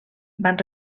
van